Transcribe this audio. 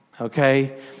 okay